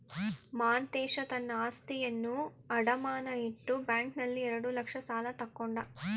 ಮಾಂತೇಶ ತನ್ನ ಆಸ್ತಿಯನ್ನು ಅಡಮಾನ ಇಟ್ಟು ಬ್ಯಾಂಕ್ನಲ್ಲಿ ಎರಡು ಲಕ್ಷ ಸಾಲ ತಕ್ಕೊಂಡ